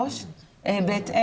ולזה כן ניתן איזשהו מענה מיוחד.